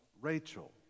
Rachel